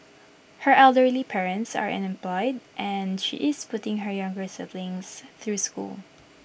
her elderly parents are unemployed and she is putting her younger siblings through school